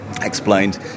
explained